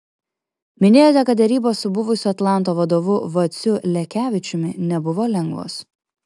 minėjote kad derybos su buvusiu atlanto vadovu vaciu lekevičiumi nebuvo lengvos